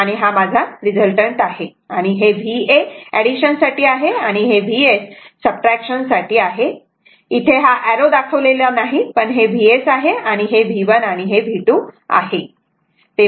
तर हा माझा रिझल्टटंट आहे हे Va एडिशन साठी आहे आणि हे Vs सबट्रॅक्शन साठी आहे इथे हा एरो दाखवलेला नाही पण हा Vs आहे आणि हे V1 आहे आणि हे V2 आहे